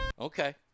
Okay